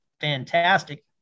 fantastic